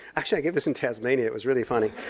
actually i gave this in tasmania, it was really funny.